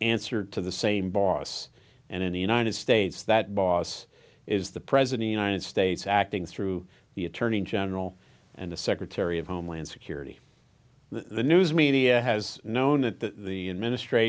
answer to the same boss and in the united states that boss is the president united states acting through the attorney general and the secretary of homeland security the news media has known that the administr